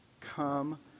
come